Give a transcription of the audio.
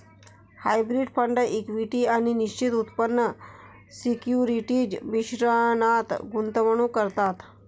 hybrid fund equity आणि निश्चित उत्पन्न सिक्युरिटीज मिश्रणात गुंतवणूक करतात